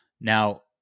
Now